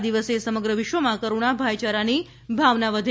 આ દિવસે સમગ્ર વિશ્વમાં કરુણા અ ભાઈચારાની ભાવના વધે